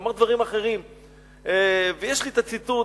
הוא אמר דברים אחרים ויש לי הציטוט.